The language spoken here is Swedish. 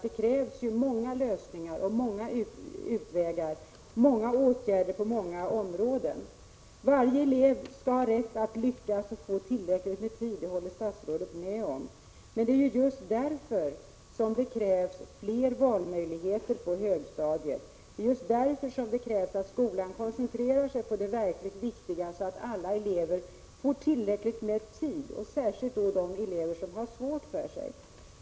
Det krävs ju många lösningar, många utvägar, många åtgärder på många områden. Varje elev skall ha rätt att lyckas och få tillräckligt med tid — det håller statsrådet med om. Men det är ju just därför som det krävs fler valmöjligheter på högstadiet. Det är just därför som det krävs att skolan koncentrerar sig på det verkligt viktiga, så att alla elever får tillräckligt med tid. Det gäller särskilt de elever som har svårt för sig.